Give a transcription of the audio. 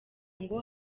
ngo